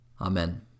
Amen